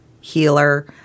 healer